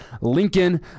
Lincoln